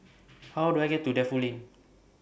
How Do I get to Defu Lane